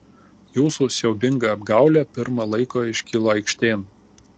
jūsų siaubinga apgaulė pirma laiko iškilo aikštėn